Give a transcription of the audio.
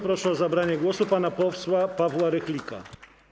Proszę o zabranie głosu pana posła Pawła Rychlika.